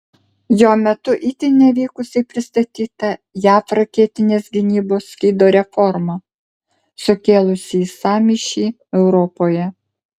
jo metu itin nevykusiai pristatyta jav raketinės gynybos skydo reforma sukėlusį sąmyšį europoje